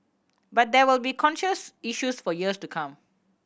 but there will be contentious issues for years to come